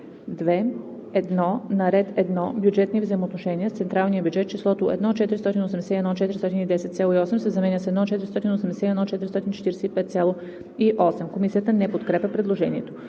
2. 1. На ред 1 „Бюджетни взаимоотношения с централния бюджет“ числото „1 481 410,8“ се заменя с „1 481 445,8“ (+ 35,0). Комисията не подкрепя предложението.